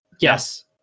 yes